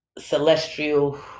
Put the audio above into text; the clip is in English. celestial